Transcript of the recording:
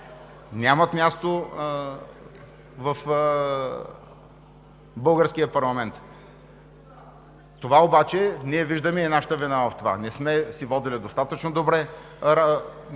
…нямат място в българския парламент. В това обаче ние виждаме и нашата вина – не сме водили достатъчно добре